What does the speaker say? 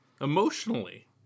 emotionally